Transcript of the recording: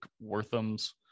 Wortham's